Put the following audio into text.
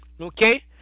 Okay